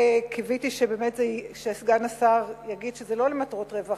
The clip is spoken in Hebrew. קיוויתי שבאמת סגן השר יגיד שזה לא למטרות רווח,